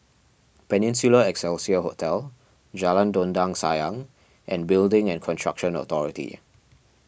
Peninsula Excelsior Hotel Jalan Dondang Sayang and Building and Construction Authority